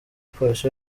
polisi